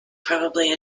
probably